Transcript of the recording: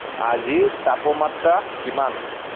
আজিৰ তাপমাত্ৰা কিমান